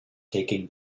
taking